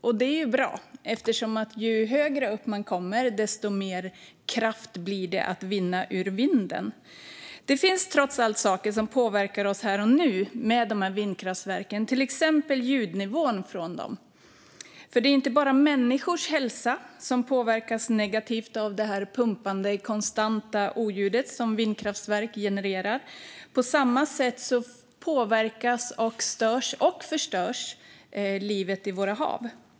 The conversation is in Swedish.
Och det är ju bra, för ju högre upp man kommer, desto mer kraft kan man utvinna ur vinden. Men det finns trots allt saker med dessa vindkraftverk som påverkar oss här och nu, till exempel ljudnivån från dem. Det är inte bara människors hälsa som påverkas negativt av det konstanta pumpande oljud som vindkraftverken genererar, utan på samma sätt påverkas, störs och förstörs också livet i våra hav.